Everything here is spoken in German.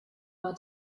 war